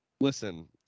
listen